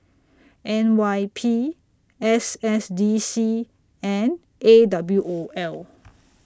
N Y P S S D C and A W O L